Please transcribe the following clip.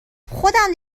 خودم